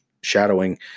shadowing